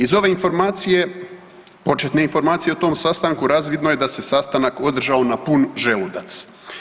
Iz ove informacije, početne informacije o tom sastanku razvidno je da se sastanak održao na pun želudac.